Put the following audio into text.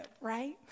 right